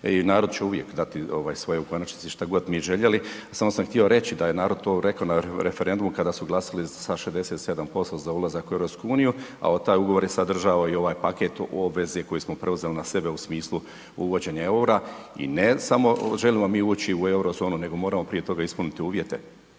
i narod će uvijek dati svoje u konačnici što god mi željeli. Samo sam htio reći da je narod to rekao na referendumu kada su glasali sa 67% za ulazak u EU a taj ugovor je sadržavao i ovaj paket obveze koje smo preuzeli na sebe u smislu uvođenja eura i ne samo želimo li mi ući u Eurozonu nego moramo prije toga ispuniti uvjete.